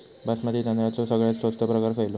बासमती तांदळाचो सगळ्यात स्वस्त प्रकार खयलो?